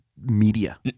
Media